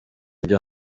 ibyo